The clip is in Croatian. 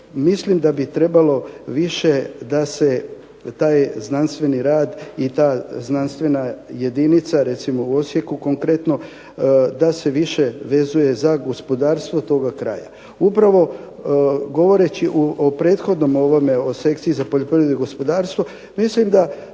mislim da bi trebalo da se više taj znanstveni rad i ta znanstvena jedinica u Osijeku konkretno da se više vezuje za gospodarstvo toga kraja. Upravo govoreći o prethodnom ovome o sekciji za poljoprivredu i gospodarstvo mislim da